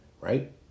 right